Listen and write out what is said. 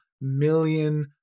million